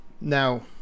Now